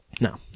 No